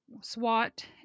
swat